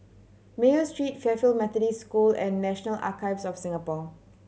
Mayo Street Fairfield Methodist School and National Archives of Singapore